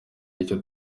icyo